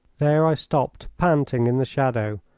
there i stopped, panting, in the shadow,